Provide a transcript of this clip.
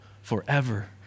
forever